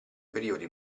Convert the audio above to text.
periodi